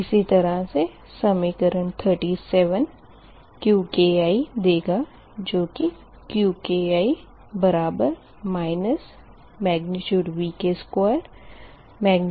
इसी तरह से समीकरण 37 Qki देगा जो कि Qki Vk2